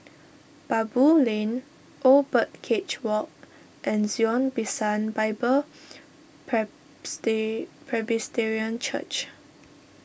Baboo Lane Old Birdcage Walk and Zion Bishan Bible Presbyterian Church